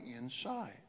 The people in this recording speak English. inside